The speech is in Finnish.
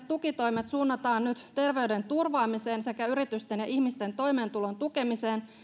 tukitoimet suunnataan nyt terveyden turvaamiseen sekä yritysten ja ihmisten toimeentulon tukemiseen